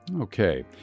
Okay